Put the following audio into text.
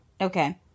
Okay